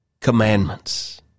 commandments